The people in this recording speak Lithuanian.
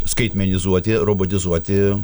skaitmenizuoti robotizuoti